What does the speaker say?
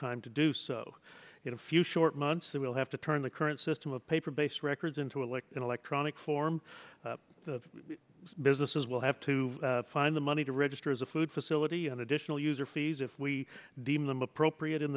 time to do so in a few short months they will have to turn the current system of paper based records into a like an electronic form of businesses will have to find the money to register as a food facility and additional user fees if we deem them appropriate in